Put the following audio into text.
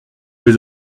vais